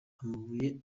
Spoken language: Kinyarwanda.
amabuye